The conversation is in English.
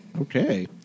Okay